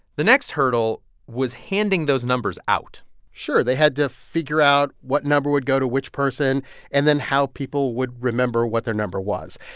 the next hurdle was handing those numbers out sure. they had to figure out what number would go to which person and then how people would remember what their number was.